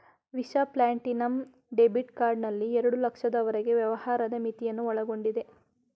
visa platinum debit card ನಲ್ಲಿ ಎರಡು ಲಕ್ಷದವರೆಗೆ ವ್ಯವಹಾರದ ಮಿತಿಯನ್ನು ಒಳಗೊಂಡಿದೆ